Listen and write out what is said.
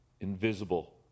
invisible